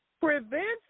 Prevents